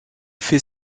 fait